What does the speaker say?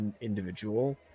individual